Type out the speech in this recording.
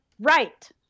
right